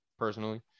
personally